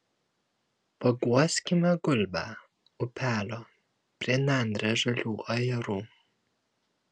paguoskime gulbę upelio prie nendrės žalių ajerų